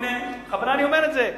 הנה, בכוונה אני אומר את זה.